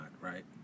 right